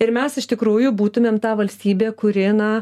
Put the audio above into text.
ir mes iš tikrųjų būtumėm ta valstybė kuri na